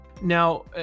Now